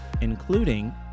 including